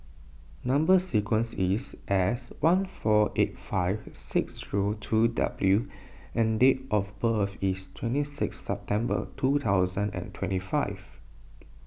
Number Sequence is S one four eight five six zero two W and date of birth is twenty six September twenty twenty five